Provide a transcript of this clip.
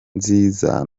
nziza